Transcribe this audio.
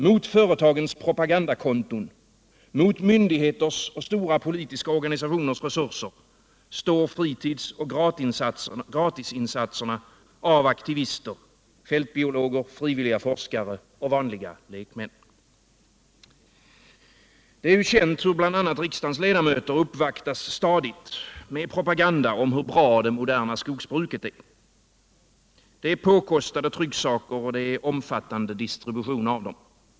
Mot företagens propagandakonton, mot myndigheters och stora politiska organisationers resurser står fritidsoch gratisinsatserna av aktivister, fältbiologer, frivilliga forskare och vanliga lekmän. Det är ju känt att bl.a. riksdagens ledamöter ständigt möter propaganda om hur bra det moderna skogsbruket är. Det rör sig om påkostade trycksaker och omfattande distribution av dessa.